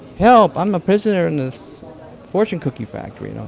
help. i'm a prisoner in this fortune cookie factory. you know